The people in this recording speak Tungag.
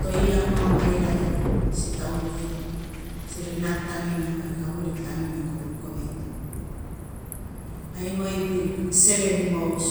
To i angmamailai si taun ke si ri nat tanginang na ri kavulik tanginang kolo kovek. Ainoai i bil selen i maus